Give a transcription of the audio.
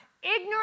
Ignorant